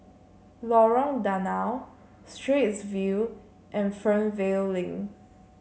Lorong Danau Straits View and Fernvale Link